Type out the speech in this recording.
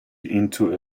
into